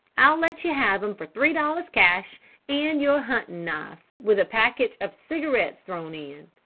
i'll let you have him for three dollars cash and your hunting knife with a package of cigarettes thrown in.